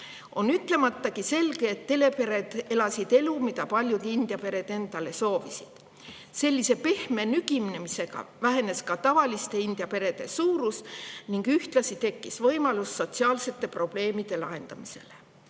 On ütlematagi selge, et telepered elasid elu, mida paljud India pered endale soovisid. Sellise pehme nügimisega vähenes tavaliste India perede suurus, ühtlasi tekkis võimalus sotsiaalsete probleemide lahendamiseks.